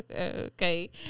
Okay